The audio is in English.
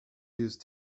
use